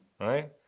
right